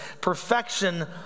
perfection